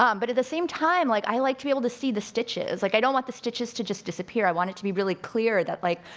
um but at the same time, like i like to be able to see the stitches. like i don't want the stitches to just disappear, i want it to be really clear that like,